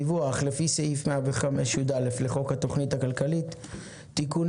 דיווח לפי סעיף 105(יא) לחוק התכנית הכלכלית (תיקוני